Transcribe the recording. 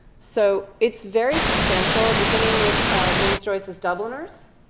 so it's very substantial, beginning with james joyce's dubliners.